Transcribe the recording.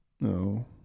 No